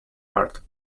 part